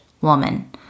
woman